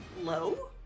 low